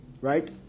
Right